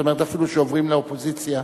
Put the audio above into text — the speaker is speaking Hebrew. אפילו כשעוברים לאופוזיציה.